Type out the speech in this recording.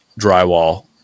drywall